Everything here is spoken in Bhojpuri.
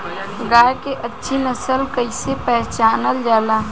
गाय के अच्छी नस्ल कइसे पहचानल जाला?